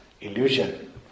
illusion